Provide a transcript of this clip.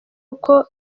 uko